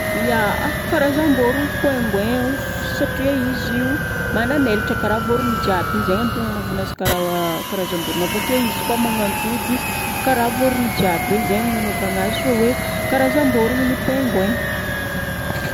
Ya, karazamborogno pingoin, satria izy io mananelatra karaha vorogno jiaby. Zegny antony nagnanovagna azy karaha karamborogno avakeo izy koa magnantody karaha vorogno jiaby regny zegny nagnanovagnazy fa hoe karazamborogno ny pingoin.